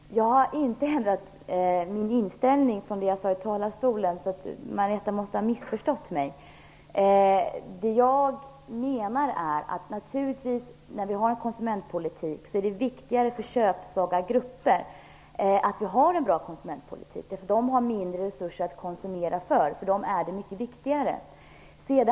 Herr talman! Jag har inte ändrat min inställning utan håller fast vid det jag sade i talarstolen. Marietta de Pourbaix-Lundin måste ha missförstått mig. När vi nu har en konsumentpolitik är det naturligtvis viktigare för köpsvaga grupper att den är bra, därför att de har mindre resurser att konsumera för. För dem är detta mycket viktigare.